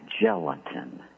gelatin